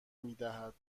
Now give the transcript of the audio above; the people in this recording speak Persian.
میدهد